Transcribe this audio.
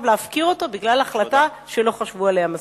להפקיר אותו בגלל החלטה שלא חשבו עליה מספיק.